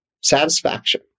Satisfaction